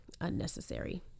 unnecessary